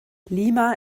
lima